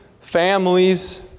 families